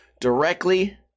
directly